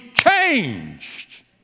changed